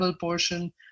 portion